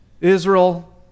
Israel